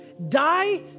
Die